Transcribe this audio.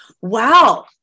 Wow